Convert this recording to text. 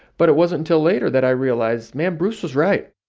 but, it wasn't until later, that i realized, man, bruce was right.